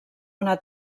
una